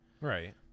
Right